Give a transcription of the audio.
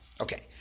Okay